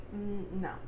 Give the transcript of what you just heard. no